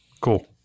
Cool